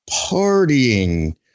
partying